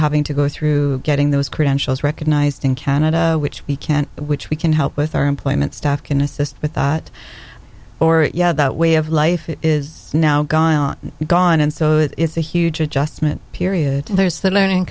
having to go through getting those credentials recognised in canada which we can't which we can help with our employment staff can assist with that or yeah that way of life is now gone gone and so it's a huge adjustment period and there's the learning